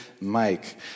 Mike